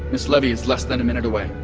miss levy is less than a minute away.